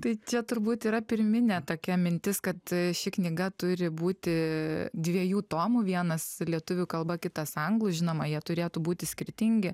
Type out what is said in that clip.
tai čia turbūt yra pirminė tokia mintis kad ši knyga turi būti dviejų tomų vienas lietuvių kalba kitas anglų žinoma jie turėtų būti skirtingi